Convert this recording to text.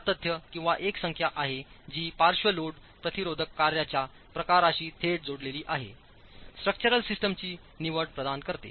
R तथ्यकिंवा एक संख्या आहे जी पार्श्व लोड प्रतिरोधक कार्याच्या प्रकाराशी थेट जोडलेली आहे स्ट्रक्चरल सिस्टमची निवड प्रदान करते